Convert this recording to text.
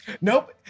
nope